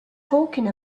talking